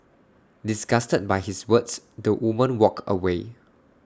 disgusted by his words the woman walked away